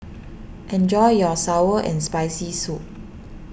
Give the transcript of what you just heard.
enjoy your Sour and Spicy Soup